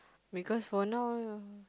because for now